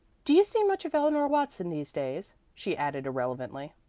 do you see much of eleanor watson these days? she added irrelevantly.